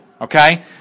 Okay